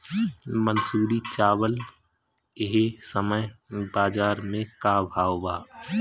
मंसूरी चावल एह समय बजार में का भाव बा?